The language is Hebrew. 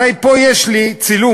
הרי פה יש לי צילום,